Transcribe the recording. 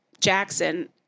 Jackson